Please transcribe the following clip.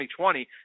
2020